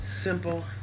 Simple